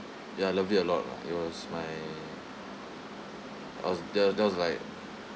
ya I loved it a lot lah it was my I was tha~ that was like